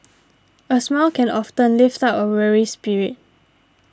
a smile can often lift up a weary spirit